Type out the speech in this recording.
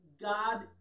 God